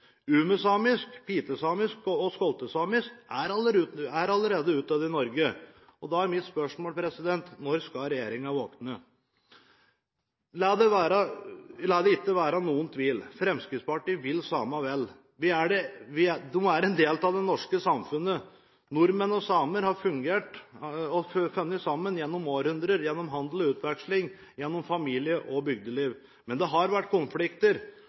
Umesamisk, pitesamisk og skoltesamisk er allerede utdødd i Norge. Da er mitt spørsmål: Når skal regjeringen våkne? La det ikke være noen tvil: Fremskrittspartiet vil samene vel. De er en del av det norske samfunnet. Nordmenn og samer har fungert og funnet sammen gjennom århundrer gjennom handel og utveksling, gjennom familie og bygdeliv. Men det har vært konflikter,